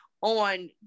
on